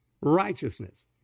Righteousness